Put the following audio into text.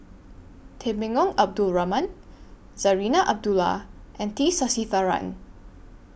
Temenggong Abdul Rahman Zarinah Abdullah and T Sasitharan